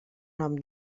nom